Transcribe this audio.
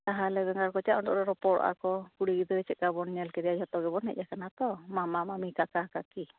ᱛᱟᱦᱚᱞᱮ ᱵᱮᱸᱜᱟᱨ ᱠᱚᱪᱟᱨ ᱨᱚᱯᱚᱲᱚᱜᱼᱟ ᱠᱚ ᱠᱩᱲᱤ ᱜᱤᱫᱽᱨᱟᱹ ᱪᱮᱫ ᱞᱮᱠᱟ ᱵᱚᱱ ᱧᱮᱞ ᱠᱮᱫᱮᱭᱟ ᱡᱚᱛᱚ ᱜᱮᱵᱚᱱ ᱦᱮᱡ ᱟᱠᱟᱱᱟ ᱛᱳ ᱢᱟᱢᱟ ᱢᱟᱹᱢᱤ ᱠᱟᱠᱟ ᱠᱟᱹᱠᱤ